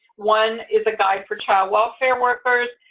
one is a guide for child welfare workers,